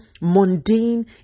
mundane